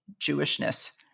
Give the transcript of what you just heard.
Jewishness